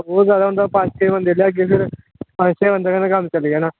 हून ज़्यादा होंदा पंज छे बंदे लेआगे फिर पंज छे बंदे कन्नै कम्म चली जाना